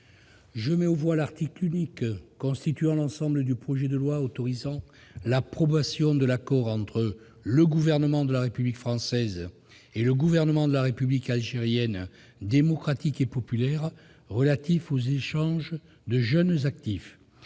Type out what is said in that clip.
forces armées, l'article unique constituant l'ensemble du projet de loi autorisant l'approbation de l'accord entre le Gouvernement de la République française et le Gouvernement de la République algérienne démocratique et populaire relatif aux échanges de jeunes actifs